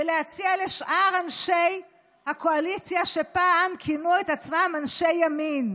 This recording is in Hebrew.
ולהציע לשאר אנשי הקואליציה שפעם כינו את עצמם אנשי ימין,